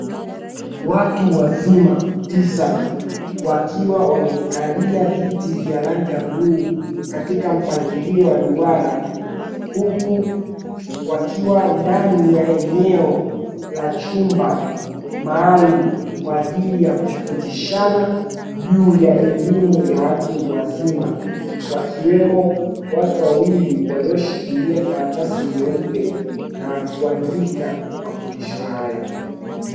Watu wazima tisa wakiwa wamekalia viti vya rangi ya bluu, katika mpangilio wa duara huku wakiwa ndani ya eneo la chumba maalumu kwa ajili ya kufundishana juu ya elimu ya watu wazima wakiwemo watu wawili walioshikilia karatasi nyeupe na kuandika mafundisho hayo.